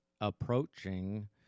approaching